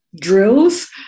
drills